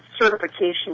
certification